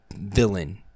villain